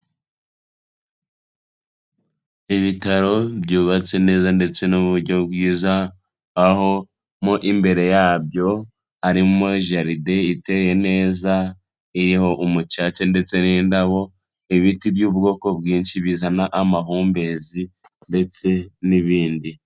Ibitaro byubatse neza ndetse n'uburyo bwiza, aho mo imbere yabyo harimo jaride iteye neza iriho umucaca ndetse n'indabo, ibiti by'ubwoko bwinshi bizana amahumbezi ndetse n'ibindi.